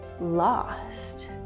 lost